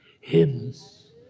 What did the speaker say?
hymns